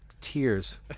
tears